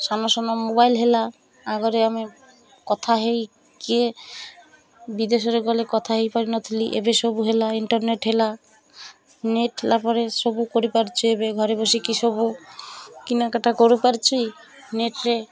ସାନ ସାନ ମୋବାଇଲ ହେଲା ଆଗରେ ଆମେ କଥା ହେଇ କିିଏ ବିଦେଶରେ ଗଲେ କଥା ହୋଇପାରିନଥିଲୁ ଏବେ ସବୁ ହେଲା ଇଣ୍ଟରନେଟ ହେଲା ନେଟ୍ ହେଲା ପରେ ସବୁ କରିପାରୁଛୁ ଏବେ ଘରେ ବସିକି ସବୁ କିନା କରିପାରୁଛୁ ନେଟ୍ରେ